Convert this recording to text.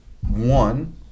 one